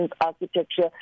architecture